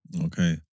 Okay